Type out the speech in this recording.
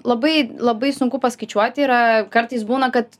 labai labai sunku paskaičiuoti yra kartais būna kad